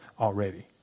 already